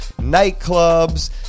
nightclubs